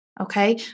okay